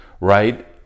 right